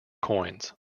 coins